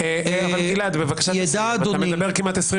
אתה מדבר כמעט 20 דקות.